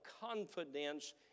confidence